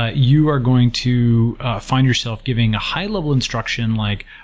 ah you are going to find yourself giving a high-level instruction like,